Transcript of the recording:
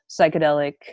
psychedelic